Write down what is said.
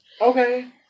Okay